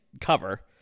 cover